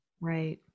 Right